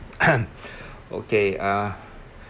okay ah